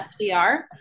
fdr